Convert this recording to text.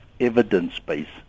evidence-based